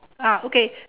ah okay